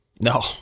No